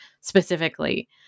specifically